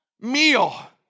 meal